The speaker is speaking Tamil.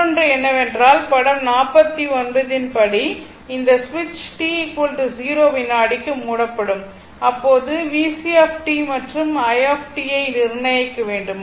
மற்றொன்று என்னவென்றால் படம் 49 ன் படி இந்த சுவிட்ச் t0 வினாடிக்கு மூடப்படும் அப்போது VC மற்றும் i ஐ நிர்ணயிக்க வேண்டும்